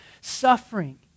suffering